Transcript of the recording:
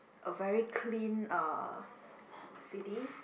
a very clean uh city